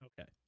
okay